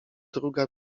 druga